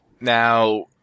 Now